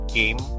game